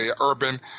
urban